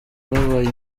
habaye